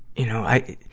you know. i,